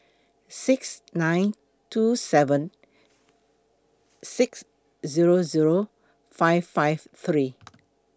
six nine two seven six Zero Zero five five three